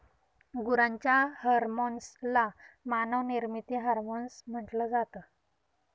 गुरांच्या हर्मोन्स ला मानव निर्मित हार्मोन्स म्हटल जात